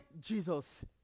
Jesus